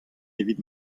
evit